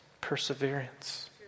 perseverance